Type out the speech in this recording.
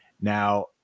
Now